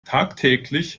tagtäglich